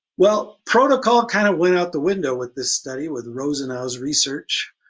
well protocol kind of went out the window with this study with rosenow research.